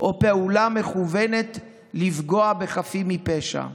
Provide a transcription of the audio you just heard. או פעולה מכוונת לפגוע בחפים מפשע.